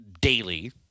daily